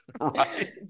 Right